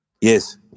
Yes